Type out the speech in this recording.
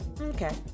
Okay